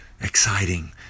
exciting